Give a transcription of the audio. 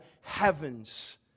heavens